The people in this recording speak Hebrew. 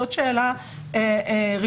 זאת שאלה ראשונה.